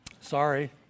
sorry